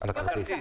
על הכרטיס,